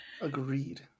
agreed